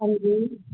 ਹਾਂਜੀ